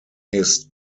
his